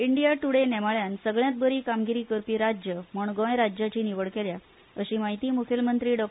इंडिया ट्रडे नियतकालिकांन सगळ्यांत बरी कामगिरी करपी राज्य म्हूण गोंय राज्याची निवड केल्या अशी माहिती मुखेलमंत्री डॉ